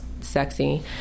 sexy